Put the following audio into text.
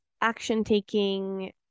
action-taking